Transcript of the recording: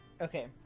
Okay